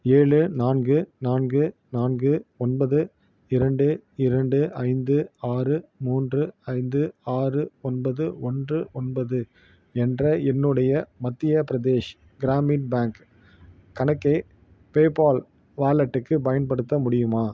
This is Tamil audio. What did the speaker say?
ஏழு நான்கு நான்கு நான்கு ஒன்பது இரண்டு இரண்டு ஐந்து ஆறு மூன்று ஐந்து ஆறு ஒன்பது ஒன்று ஒன்பது என்ற என்னுடைய மத்திய பிரதேஷ் கிராமின் பேங்க் கணக்கை பேபால் வாலெட்டுக்கு பயன்படுத்த முடியுமா